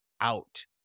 out